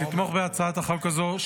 לתמוך בהצעת החוק הזו,